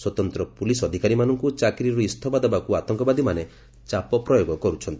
ସ୍ୱତନ୍ତ୍ର ପୁଲିସ୍ ଅଧିକାରୀମାନଙ୍କୁ ଚାକିରିରୁ ଇସ୍ତଫା ଦେବାକୁ ଆତଙ୍କବାଦୀମାନେ ଚାପ ପ୍ରୟୋଗ କରୁଛନ୍ତି